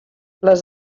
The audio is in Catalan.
les